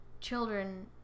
children